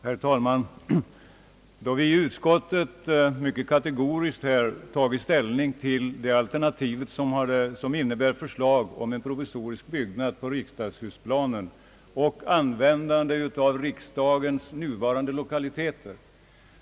Herr talman! I utskottet har vi mycket kategoriskt gått emot det alternativ som innebär en provisorisk byggnad på riksdagshusplanen och användandet av riksdagens nuvarande lokaliteter.